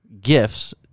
gifts